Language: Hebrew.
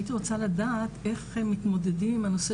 הייתי רוצה לדעת איך מתמודדים עם הנושא